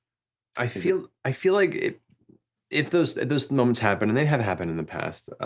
i feel i feel like if those those moments happen, and they have happened in the past,